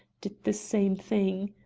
did the same thing.